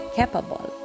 capable